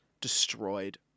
destroyed